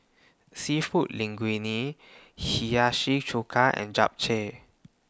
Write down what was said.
Seafood Linguine Hiyashi Chuka and Japchae